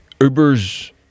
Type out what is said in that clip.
Uber's